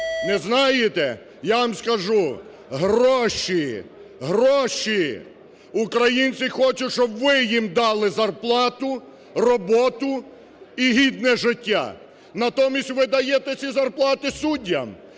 Не знаєте. Я вам скажу. Гроші! Гроші! Українці хочуть, щоб ви їм дали зарплату, роботу і гідне життя. Натомість ви даєте ці зарплати суддям.